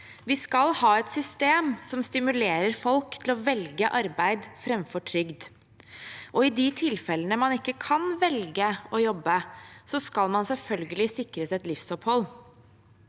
Vi skal ha et system som stimulerer folk til å velge arbeid framfor trygd, og i de tilfellene man ikke kan velge å jobbe, skal man selvfølgelig sikres et livsopphold.